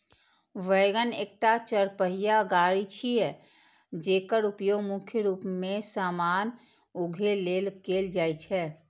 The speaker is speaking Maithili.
वैगन एकटा चरपहिया गाड़ी छियै, जेकर उपयोग मुख्य रूप मे सामान उघै लेल कैल जाइ छै